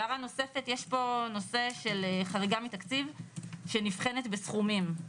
הערה נוספת: יש פה נושא של חריגה מתקציב שנבחנת בסכומים.